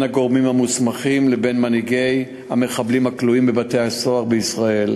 הגורמים המוסמכים לבין מנהיגי המחבלים הכלואים בבתי-הסוהר בישראל,